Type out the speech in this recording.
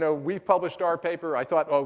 so we've published our paper. i thought,